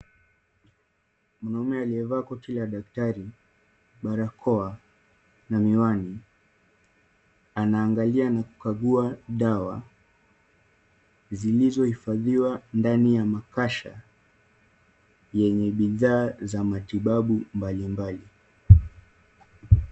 Mwanaume aliyevaa koti la daktari, barakoa na miwani anaangalia na kukagua dawa zilizohifadhiwa ndani ya makasha yenye bidhaa za matibabu mbalimbali.